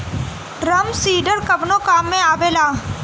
Drum seeder कवने काम में आवेला?